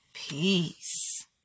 Peace